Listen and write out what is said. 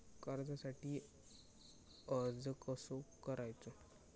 कर्जासाठी अर्ज कसो करायचो?